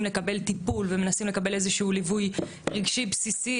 לקבל טיפול ומנסים לקבל איזשהו ליווי רגשי בסיסי,